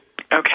Okay